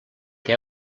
que